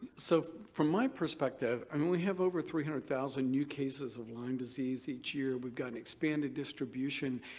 so from my perspective, and when we have over three hundred thousand new cases of lyme disease each year. we've got an expanded distribution.